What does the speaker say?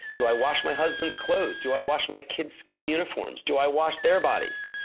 do i wash my husband's clothes? do i wash my kid's school uniforms? do i wash their bodies?